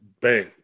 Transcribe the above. bang